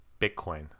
Bitcoin